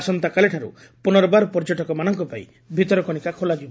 ଆସନ୍ତାକାଲିଠାରୁ ପୁନର୍ବାର ପର୍ଯ୍ୟଟକମାନଙ୍କ ପାଇଁ ଭିତରକନିକା ଖୋଲାଯିବ